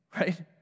Right